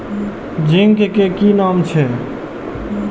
Zinc के कि काम छै?